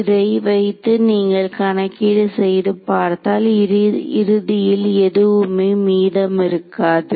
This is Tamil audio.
இதை வைத்து நீங்கள் கணக்கீடு செய்து பார்த்தால் இறுதியில் எதுவுமே மீதம் இருக்காது